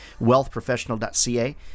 wealthprofessional.ca